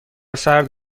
سرد